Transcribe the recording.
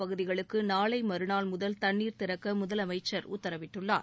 பகுதிகளுக்கு நாளை மறுநாள் முதல் தண்ணீர் திறக்க முதலமைச்சர் உத்தரவிட்டுள்ளார்